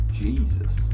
Jesus